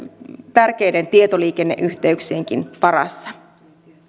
tärkeiden tietoliikenneyhteyksienkin varassa